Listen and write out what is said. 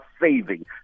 saving